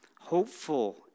hopeful